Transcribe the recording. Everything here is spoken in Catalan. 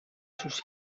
sos